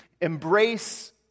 Embrace